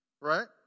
Right